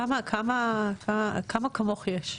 כמה כמוך יש?